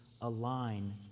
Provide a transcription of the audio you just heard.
align